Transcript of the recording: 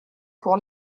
pour